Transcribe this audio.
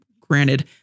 granted